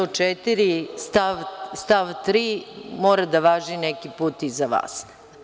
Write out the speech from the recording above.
Član 104. stav 3. mora da važi neki put i za vas.